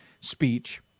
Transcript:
speech